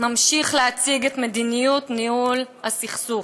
ממשיך להציג את מדיניות ניהול הסכסוך.